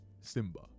Simba